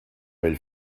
vell